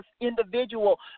individual